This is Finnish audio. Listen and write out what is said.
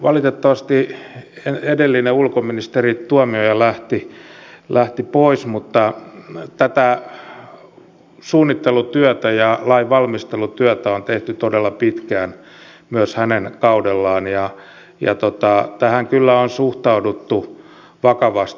valitettavasti edellinen ulkoministeri tuomioja lähti pois mutta tätä suunnittelutyötä ja lainvalmistelutyötä on tehty todella pitkään myös hänen kaudellaan ja tähän kyllä on suhtauduttu vakavasti